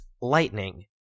lightning